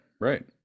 right